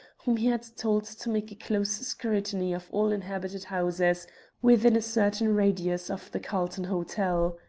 whom he had told to make a close scrutiny of all inhabited houses within a certain radius of the carlton hotel.